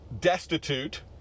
destitute